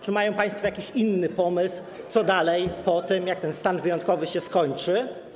Czy mają państwo jakiś inny pomysł, co dalej po tym, jak ten stan wyjątkowy się skończy?